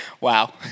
Wow